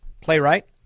playwright